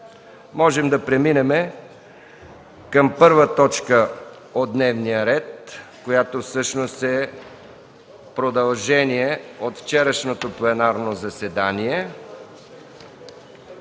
Можем да преминем към първа точка, която всъщност е продължение от вчерашното пленарно заседание: